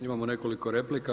Imamo nekoliko replika.